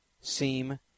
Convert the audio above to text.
seem